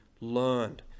learned